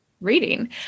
reading